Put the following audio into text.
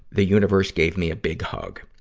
the universe gave me a big hug.